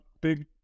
big